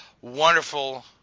wonderful